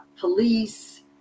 police